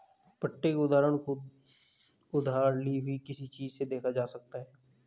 पट्टे के उदाहरण को उधार ली हुई किसी चीज़ से देखा जा सकता है